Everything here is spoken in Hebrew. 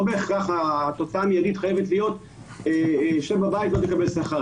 לא בהכרח התוצאה המיידית חייבת להיות שב בבית ולא תקבל שכר.